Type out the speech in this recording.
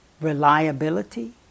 reliability